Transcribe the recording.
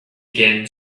again